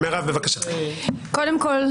קודם כל,